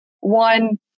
one